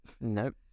Nope